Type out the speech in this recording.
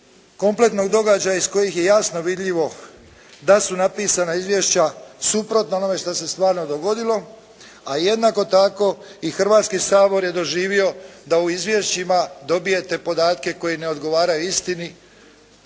kompletnih događaja iz kojih je jasno vidljivo da su napisana izvješća suprotna onome što se stvarno dogodilo, a jednako tako i Hrvatski sabor je doživio da u izvješćima dobijete podatke koji ne odgovaraju istini.